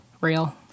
Real